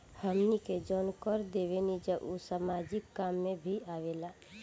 हमनी के जवन कर देवेनिजा उ सामाजिक काम में भी आवेला